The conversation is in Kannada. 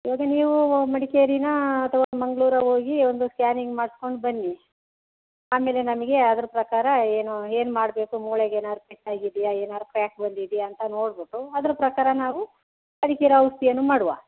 ಇವಾಗ ನೀವು ಮಡಿಕೇರಿನಾ ಅಥವಾ ಮಂಗಳೂರಾ ಹೋಗಿ ಒಂದು ಸ್ಕ್ಯಾನಿಂಗ್ ಮಾಡ್ಸ್ಕೊಂಡು ಬನ್ನಿ ಆಮೇಲೆ ನಮಗೆ ಅದ್ರ ಪ್ರಕಾರ ಏನು ಏನು ಮಾಡಬೇಕು ಮೂಳೆಗೆ ಏನಾದ್ರ್ ಪೆಟ್ಟು ಆಗಿದ್ಯಾ ಏನಾದ್ರು ಕ್ರ್ಯಾಕ್ ಬಂದಿದ್ಯಾ ಅಂತ ನೋಡ್ಬಿಟ್ಟು ಅದ್ರ ಪ್ರಕಾರ ನಾವು ಅದಕ್ಕಿರೋ ಔಷಧಿಯನ್ನು ಮಾಡುವ